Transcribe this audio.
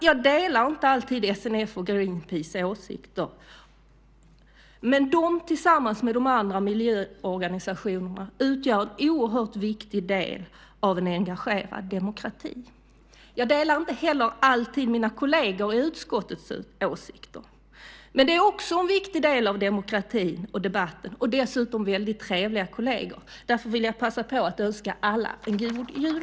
Jag delar inte alltid SNF:s och Greenpeaces åsikter, men de, tillsammans med de andra miljöorganisationerna, utgör en oerhört viktig del av en engagerad demokrati. Jag delar inte heller alltid mina kolleger i utskottets åsikter, men de är också en viktig del av demokratin och debatten, och dessutom är det väldigt trevliga kolleger. Därför vill jag passa på att önska alla en god jul.